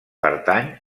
pertany